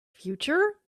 future